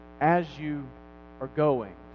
as-you-are-going